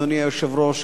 אדוני היושב-ראש,